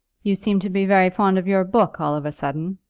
you seem to be very fond of your book, all of a sudden,